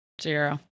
Zero